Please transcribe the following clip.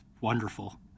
wonderful